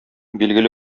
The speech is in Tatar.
билгеле